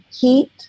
heat